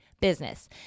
business